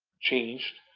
changed.